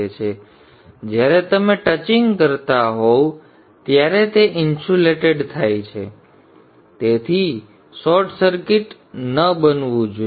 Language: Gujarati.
તેથી જ્યારે તમે ટચિંગ કરતા હોવ ત્યારે તે ઇન્સ્યુલેટેડ થાય છે તેથી શોર્ટ સર્કિટ ન બનવું જોઈએ